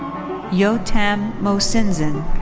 yotam mosinzon.